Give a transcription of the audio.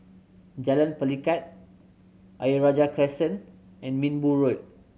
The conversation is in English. Jalan Pelikat Ayer Rajah Crescent and Minbu Road